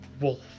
wolf